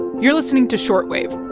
you're listening to short wave